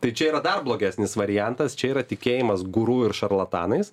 tai čia yra dar blogesnis variantas čia yra tikėjimas guru ir šarlatanais